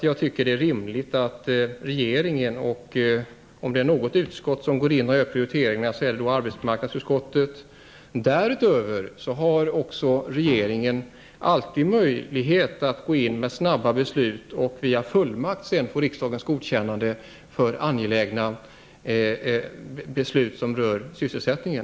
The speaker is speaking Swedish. Arbetsmarknadsutskottet kan t.ex. gå in och göra prioriteringar. Därutöver har regeringen alltid möjlighet att gå in med snabba beslut och via fullmakt få riksdagens godkännande av angelägna beslut som rör sysselsättningen.